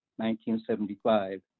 1975